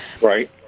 Right